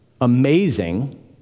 amazing